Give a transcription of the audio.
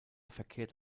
verkehrt